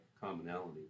commonality